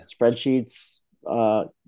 Spreadsheets